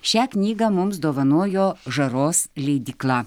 šią knygą mums dovanojo žaros leidykla